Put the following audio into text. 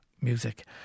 music